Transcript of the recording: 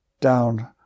down